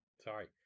Sorry